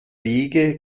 wege